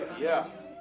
Yes